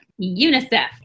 UNICEF